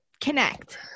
connect